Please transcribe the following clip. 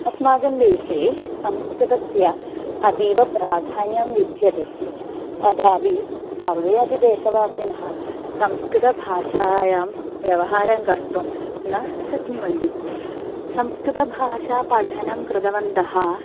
अस्माकं देशे संस्कृतस्य अतीवप्राधान्यं विद्यते तथापि सर्वे अपि देशवासिनः संस्कृतभाषायां व्यवहारं कर्तुं न शक्नुवन्ति संस्कृतभाषा पठनं कृतवन्तः